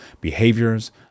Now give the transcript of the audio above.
behaviors